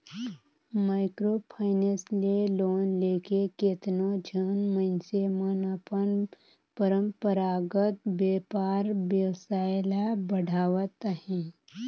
micro finance ले loan लेके केतनो झन मइनसे मन अपन परंपरागत बयपार बेवसाय ल बढ़ावत अहें